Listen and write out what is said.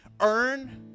earn